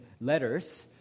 letters